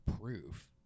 proof